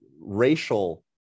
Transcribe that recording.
racial